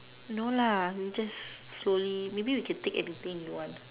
no larh we just slowly maybe we can take anything you want